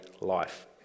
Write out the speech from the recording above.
life